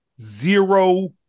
zero